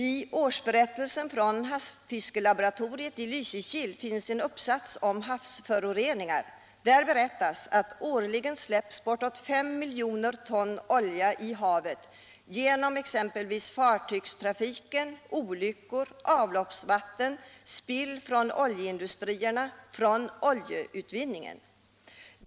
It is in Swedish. I årsberättelsen från Havsfiskelaboratoriet i Lysekil finns en uppsats om havsföroreningar. Där berättas att årligen bortåt 5 miljoner ton olja släpps i havet genom exempelvis fartygstrafiken, olyckor, avloppsvatten, spill från oljeindustrierna och från oljeutvinningen.